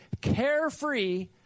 carefree